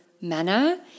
manner